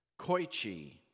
Koichi